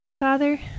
Father